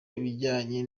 ibijyanye